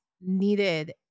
needed